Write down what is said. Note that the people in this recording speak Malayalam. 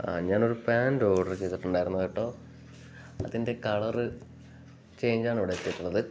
ആ ഞാനൊരു പാൻറ് ഓർഡര് ചെയ്തിട്ടുണ്ടായിരുന്നു കേട്ടോ അതിൻ്റെ കളര് ചേഞ്ചാണ് ഇവിടെ